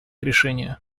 решения